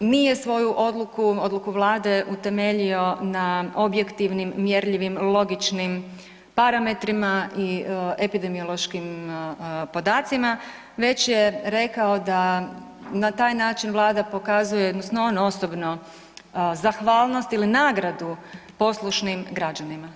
Nije svoju odluku, odluku Vlade utemeljio na objektivnim mjerljivim, logičnim parametrima i epidemiološkim podacima već je rekao da na taj način Vlada pokazuje odnosno on osobno zahvalnost ili nagradu poslušnim građanima.